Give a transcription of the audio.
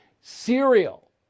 Cereal